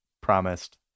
promised